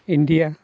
India